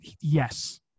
yes